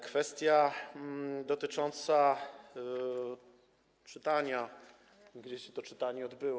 Kwestia dotycząca czytania, gdzie się to czytanie odbyło.